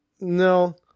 No